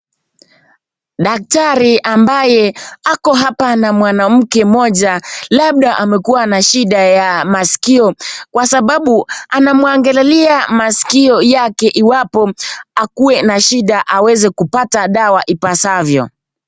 Daktari ambaye ako hapa na mwanamke mmoja labda amekuwa na shida ya maskio kwa sababu anamwangalia maskio yake iwapo akuwe na shida aweze kupata dawa ipasavyo.